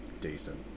decent